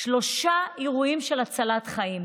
שלושה אירועים של הצלת חיים.